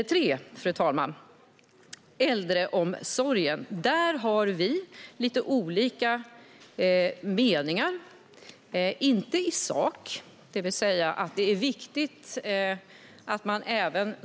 Det tredje området är äldreomsorgen. Där har vi lite olika meningar, men inte i sak.